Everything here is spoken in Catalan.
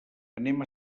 anem